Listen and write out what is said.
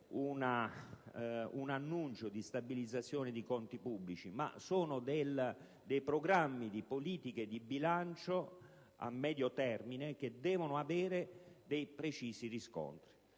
un annuncio di stabilizzazione di conti pubblici, ma si tratta di programmi di politiche di bilancio a medio termine che devono avere precisi riscontri.